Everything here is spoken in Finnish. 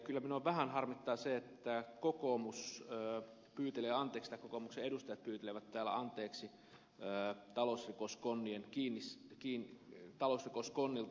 kyllä minua vähän harmittaa se että kokoomus saa kyytiä on teksta kokoomuksen edustajat pyytelevät täällä anteeksi talousrikoskonnilta